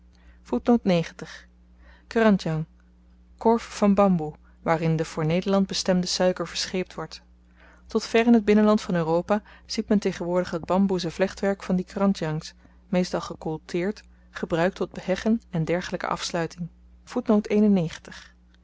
krandjang korf van bamboe waarin de voor nederland bestemde suiker verscheept wordt tot ver in t binnenland van europa ziet men tegenwoordig het bamboezen vlechtwerk van die krandjangs meestal gekoolteerd gebruikt tot heggen en dergelyke afsluiting